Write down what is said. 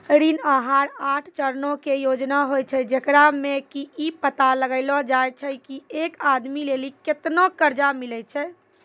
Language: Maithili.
ऋण आहार आठ चरणो के योजना होय छै, जेकरा मे कि इ पता लगैलो जाय छै की एक आदमी लेली केतना कर्जा मिलै छै